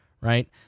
right